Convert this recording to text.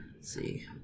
see